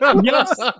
Yes